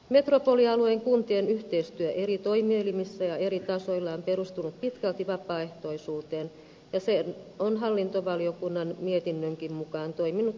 metropolialueen kuntien yhteistyö eri toimielimissä ja eri tasoilla on perustunut pitkälti vapaaehtoisuuteen ja se on hallintovaliokunnan mietinnönkin mukaan toiminut suhteellisen hyvin